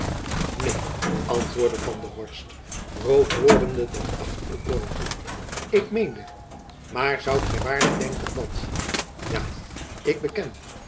neen antwoordde van der horst rood wordende tot achter de ooren toe ik meende maar zoudt gy waarlijk denken dat ja ik beken